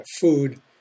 food